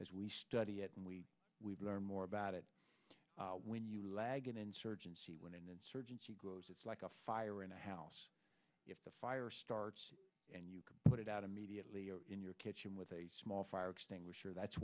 as we study it and we we've learned more about it when you lag an insurgency when an insurgency grows it's like a fire in a house if the fire starts and you put it out immediately or in your kitchen with a small fire extinguisher that's